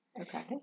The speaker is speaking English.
Okay